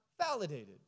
validated